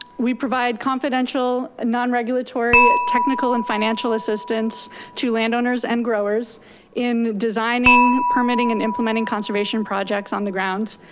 we provide confidential, non-regulatory, technical and financial assistance to land owners and growers in designing, permitting and implementing conservation projects on the ground.